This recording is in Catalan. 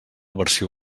versió